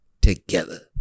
together